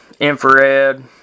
infrared